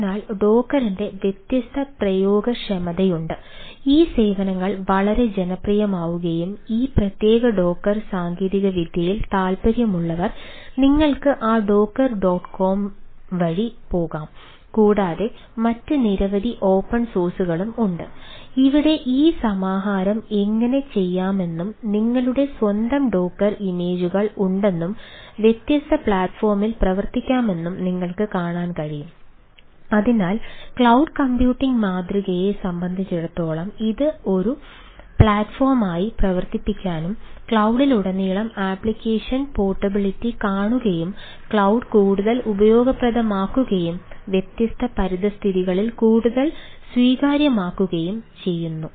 അതിനാൽ ഡോക്കറിന്റെ കൂടുതൽ ഉപയോഗപ്രദമാക്കുകയും വ്യത്യസ്ത പരിതസ്ഥിതികളിൽ കൂടുതൽ സ്വീകാര്യമാക്കുകയും ചെയ്യുന്നു